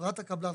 חברת הקבלן,